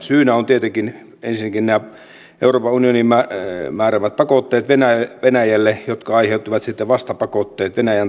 syynä ovat tietenkin ensinnäkin euroopan unionin määräämät pakotteet venäjälle jotka aiheuttivat sitten vastapakotteet venäjän toimesta